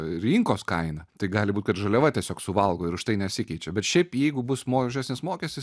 rinkos kaina tai gali būt kad žaliava tiesiog suvalgo ir už tai nesikeičia bet šiaip jeigu bus možesnis mokestis